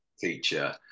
teacher